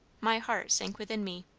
my heart sank within me.